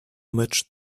much